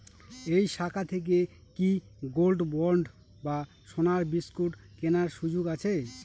এই শাখা থেকে কি গোল্ডবন্ড বা সোনার বিসকুট কেনার সুযোগ আছে?